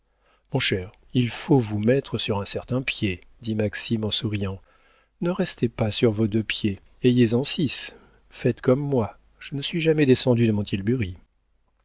mon cher il faut vous mettre sur un certain pied dit maxime en souriant ne restez pas sur vos deux pieds ayez-en six faites comme moi je ne suis jamais descendu de mon tilbury